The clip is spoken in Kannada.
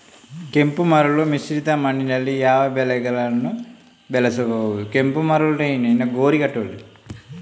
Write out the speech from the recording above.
ಕೆಂಪು ಮರಳು ಮಿಶ್ರಿತ ಮಣ್ಣಿನಲ್ಲಿ ಯಾವ ಬೆಳೆಗಳನ್ನು ಬೆಳೆಸಬಹುದು?